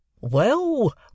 Well